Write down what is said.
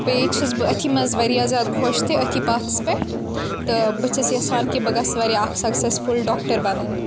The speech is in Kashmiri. بیٚیہِ چھَس بہٕ أتھی منٛز واریاہ زیادٕ خۄش تہِ أتھی پاتھَس پٮ۪ٹھ تہٕ بہٕ چھَس یَژھان کہِ بہٕ گژھٕ واریاہ اکھ سَکسیٚسفُل ڈاکٹر بَنٕنۍ